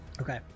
Okay